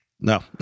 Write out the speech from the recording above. no